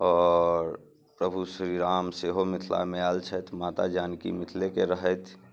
आओर प्रभु श्री राम सेहो मिथिलामे आयल छथि माता जानकी मिथिलेके रहथि